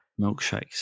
milkshakes